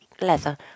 leather